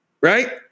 right